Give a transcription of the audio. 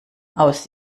aus